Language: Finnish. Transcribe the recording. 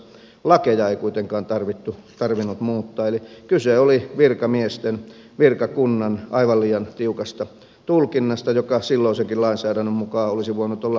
lakeja ei kuitenkaan tarvinnut muuttaa eli kyse oli virkamiesten virkakunnan aivan liian tiukasta tulkinnasta joka silloisenkin lainsäädännön mukaan olisi voinut olla aivan toinen